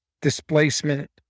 displacement